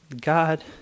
God